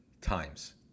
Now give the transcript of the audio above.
times